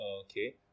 Okay